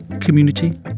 community